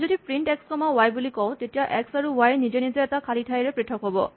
আমি যদি print X comma Y বুলি কওঁ তেতিয়া এক্স আৰু ৱাই নিজে নিজে এটা খালী ঠাইৰে পৃথক হ'ব